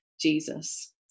Jesus